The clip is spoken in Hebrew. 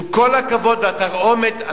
עם כל הכבוד לתרעומת,